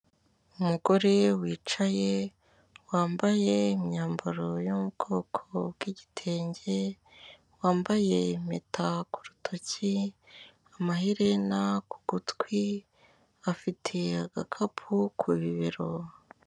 Umugore wicaye, wambaye imyambaro yo mu bwoko bw'igitenge, wambaye impeta ku rutoki, amaherena ku gutwi, afite agakapu ku bibero.